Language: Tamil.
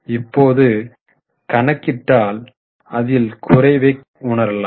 இப்போ கணக்கிட்டால் அதில் குறைவை உணரலாம்